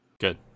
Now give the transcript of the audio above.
Good